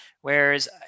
whereas